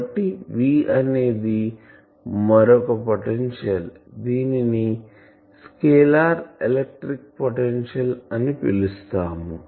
కాబట్టి V అనేది మరొక పొటెన్షియల్ దీనిని స్కేలార్ ఎలక్ట్రిక్ పొటెన్షియల్ అని పిలుస్తాము